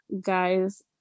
guys